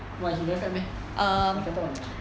why he very fat meh I fatter than him